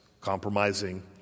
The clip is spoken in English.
compromising